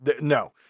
No